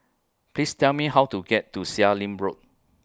Please Tell Me How to get to Seah Im Road